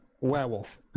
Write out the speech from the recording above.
werewolf